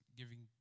giving